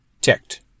ticked